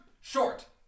short